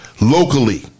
locally